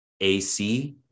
AC